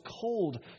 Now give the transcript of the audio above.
cold